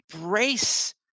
embrace